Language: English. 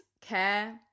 care